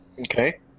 Okay